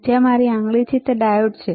જ્યાં મારી આંગળી છે ત્યાં ડાયોડ છે